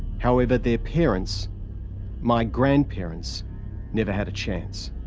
however, their parents my grandparents never had a chance.